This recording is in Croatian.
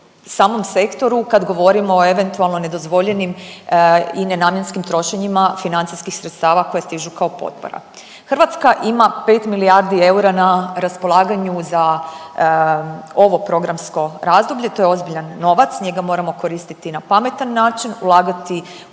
samom sektoru kad govorimo o eventualno nedozvoljenim i nenamjenskim trošenjima financijskih sredstava koje stižu kao potpora. Hrvatska ima 5 milijardi eura na raspolaganju za ovo programsko razdoblje, to je ozbiljan novac, njega moramo koristiti na pametan način, ulagati u